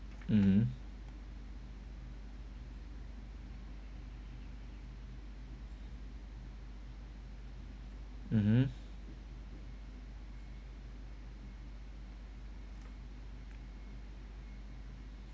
mmhmm mmhmm